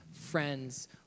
friends